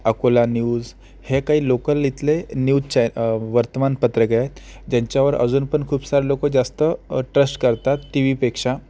Akola news ह्या काही local इथले न्यूजच्या वर्तमानपत्रक आहेत ज्यांच्यावर अजून पण खूप सारे लोक जास्त ट्रस्ट करतात टी व्हीपेक्षा